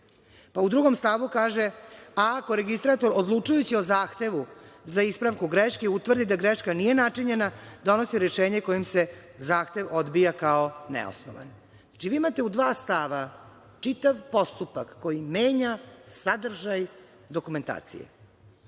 drugom stavu se kaže: „Ako registrator, odlučujući o zahtevu za ispravku greške, utvrdi da greška nije načinjena, donosi rešenje kojim se zahtev odbija kao neosnovan“. Znači, vi imate u dva stava čitav postupak koji menja sadržaj dokumentacije,